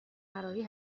فراری